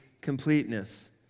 completeness